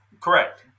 Correct